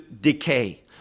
decay